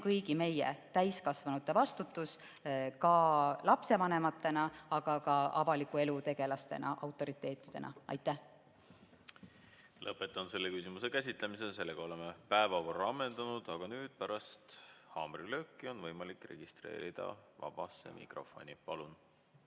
kõigi meie, täiskasvanute vastutus lapsevanematena, aga ka avaliku elu tegelastena, autoriteetidena. Aitäh! Lõpetan selle küsimuse käsitlemise. Sellega oleme päevakorra ammendanud. Aga nüüd, pärast haamrilööki on võimalik registreeruda vabasse mikrofoni. Palun!